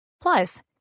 Plus